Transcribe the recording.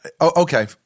okay